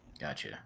Gotcha